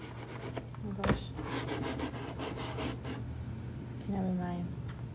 oh my gosh never mind